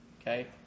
Okay